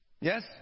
Yes